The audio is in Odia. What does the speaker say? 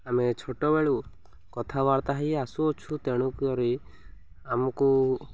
ଆମେ ଛୋଟବେଳୁ କଥାବାର୍ତ୍ତା ହେଇ ଆସୁଅଛୁ ତେଣୁକରି ଆମକୁ